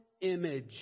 image